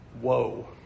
Whoa